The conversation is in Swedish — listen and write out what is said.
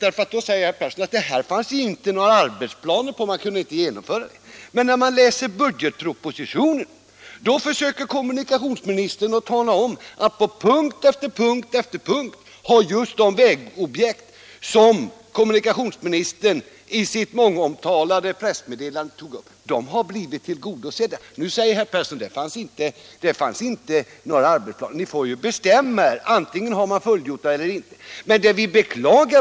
Herr Persson säger att det inte fanns några arbetsplaner och att man inte kunde genomföra arbetet. Men i budgetpropositionen försöker kommunikationsministern tala om att just de vägobjekt som kommunikationsministern i sitt omtalade pressmeddelande tog upp har blivit tillgodosedda på punkt efter punkt. Nu påstår som sagt herr Persson att det inte fanns några arbetsplaner. Ni får bestämma er. Antingen har man gjort arbetet eller inte.